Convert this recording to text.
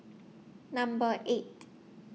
Number eight